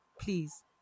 Please